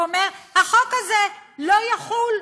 אומר: החוק הזה לא יחול.